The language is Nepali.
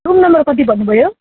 रुम नम्बर कति भन्नुभयो